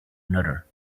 another